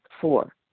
Four